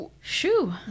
shoo